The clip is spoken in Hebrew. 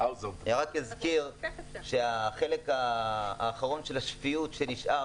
אני רק אזכיר שהחלק האחרון של השפיות שנשאר